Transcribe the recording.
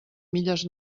milles